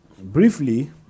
briefly